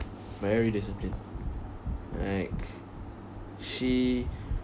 very disciplined like she